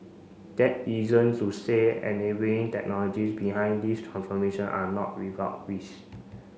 that isn't to say enabling technologies behind this transformation are not without risk